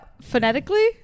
phonetically